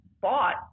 bought